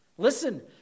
Listen